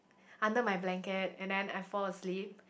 under my blanket and then I fall asleep